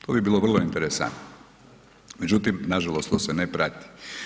To bi bilo vrlo interesantno međutim nažalost to se ne prati.